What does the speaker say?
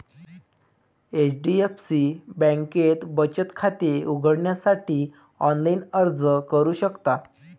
HDFC बँकेत बचत खाते उघडण्यासाठी ऑनलाइन अर्ज करू शकता